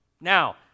Now